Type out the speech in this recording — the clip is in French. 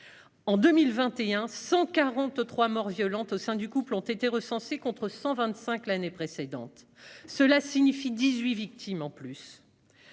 En 2021, quelque 143 morts violentes au sein du couple ont été recensées, contre 125 l'année précédente, soit 18 victimes en plus.